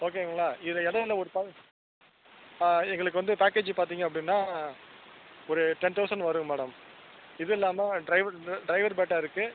ஓகேங்களா இதை எதோ அந்த ஒரு எங்களுக்கு வந்து பேக்கேஜ் பார்த்திங்க அப்படின்னா ஒரு டென் தொளசண்ட் வருங்க மேடம் இது இல்லாமல் ட்ரைவர் ட்ரைவர் பேட்டா இருக்கு